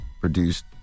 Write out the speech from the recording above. produced